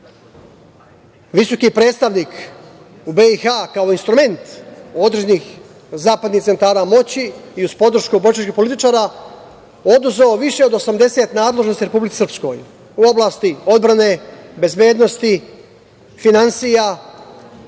visoki predstavnik u BiH kao instrument određenih zapadnih centara moći i uz podršku bošnjačkih političara, odnosno više od osamdeset nadležnosti Republici Srpskoj u oblasti odbrane, bezbednosti, finansija.